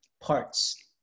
parts